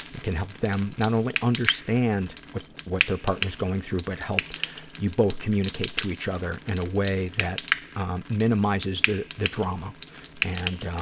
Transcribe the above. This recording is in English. it can help them not only understand what what their partner is going through, but help you both communicate to each other in a way that minimizes the the drama and